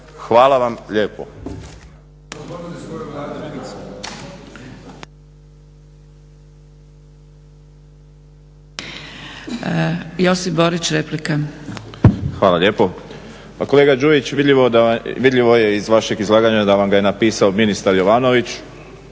Hvala vam lijepo.